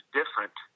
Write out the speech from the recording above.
different